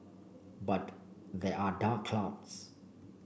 but there are dark clouds